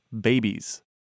babies